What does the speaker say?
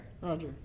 Roger